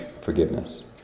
forgiveness